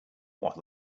what